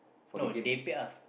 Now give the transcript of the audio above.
no they pay us